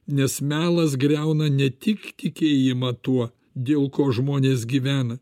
nes melas griauna ne tik tikėjimą tuo dėl ko žmonės gyvena